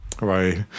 right